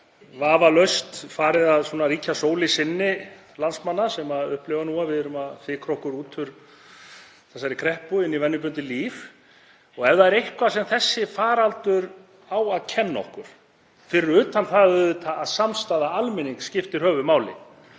vafalaust farin að ríkja sól í sinni landsmanna sem upplifa nú að við erum að fikra okkur út úr þessari kreppu og inn í venjubundið líf. Og ef það er eitthvað sem þessi faraldur á að kenna okkur, fyrir utan það auðvitað að samstaða almennings skiptir höfuðmáli,